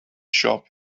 shop